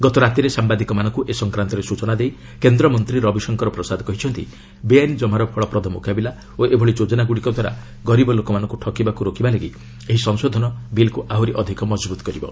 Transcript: ଗତରାତିରେ ସାମ୍ଭାଦିକମାନଙ୍କୁ ଏ ସଂକ୍ରାନ୍ତରେ ସୂଚନା ଦେଇ କେନ୍ଦ୍ରମନ୍ତ୍ରୀ ରବିଶଙ୍କର ପ୍ରସାଦ କହିଛନ୍ତି ବେଆଇନ ଜମାର ଫଳପ୍ରଦ ମୁକାବିଲା ଓ ଏଭଳି ଯୋଜନାଗୁଡ଼ିକ ଦ୍ୱାରା ଗରିବ ଲୋକମାନଙ୍କୁ ଠକିବାକୁ ରୋକିବା ଲାଗି ଏହି ସଂଶୋଧନ ବିଲ୍କୁ ଆହୁରି ମଜବୁତ୍ କରିବ